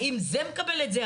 האם זה מקבל את זה,